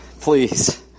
please